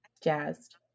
jazzed